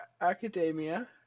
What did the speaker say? academia